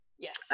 Yes